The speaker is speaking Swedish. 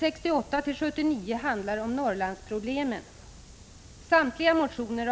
styrks i aktuella delar. I sammanfattningen under rubriken Utvecklingen i Prot.